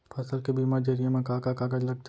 फसल के बीमा जरिए मा का का कागज लगथे?